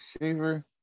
shaver